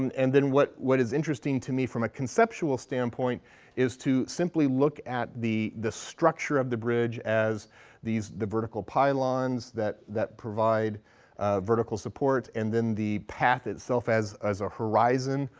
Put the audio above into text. and and then what what is interesting to me from a conceptual standpoint is to simply look at the the structure of the bridge as the vertical pylons that that provide vertical support and then the path itself as as a horizon,